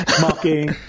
mocking